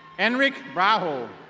henrich raoul.